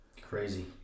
Crazy